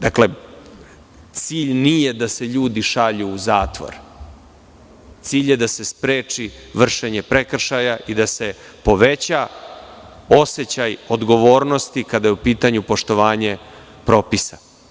Dakle, cilj nije da se ljudi šalju u zatvor, cilj je da se spreči vršenje prekršaja i da se poveća osećaj odgovornosti kada je u pitanju poštovanje propisa.